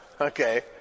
okay